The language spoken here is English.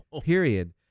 period